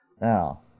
Now